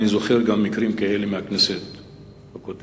ואני זוכר מקרים כאלה גם מהכנסת הקודמת,